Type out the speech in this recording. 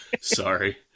Sorry